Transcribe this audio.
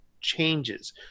changes